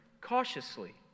cautiously